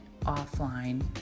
offline